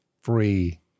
free